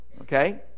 okay